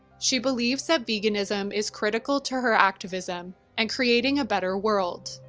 she believes that veganism is critical to her activism and creating a better world.